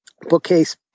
bookcase